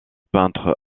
peintre